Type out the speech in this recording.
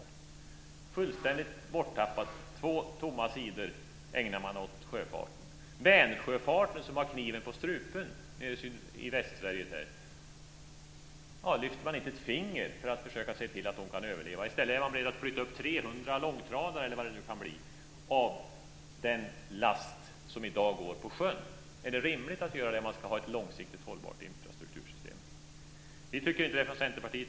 Det är fullständigt borttappat. Två tomma sidor ägnar man åt sjöfarten. Man lyfter inte ett finger för att försöka se till att Vänersjöfarten i Västsverige, som har kniven på strupen, kan överleva. I stället är man beredd att flytta upp 300 långtradare, eller vad det nu kan bli, för att frakta den last som i dag går på sjön. Är det rimligt att göra det om man ska ha ett långsiktigt hållbart infrastruktursystem? Vi tycker inte det från Centerpartiet.